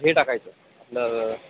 हे टाकायचं आपलं